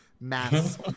mass